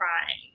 crying